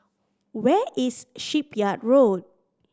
where is Shipyard Road